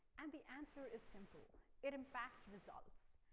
and the answer is simple. it impacts results.